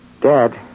Dad